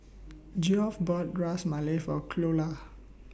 Geoff bought Ras Malai For Cleola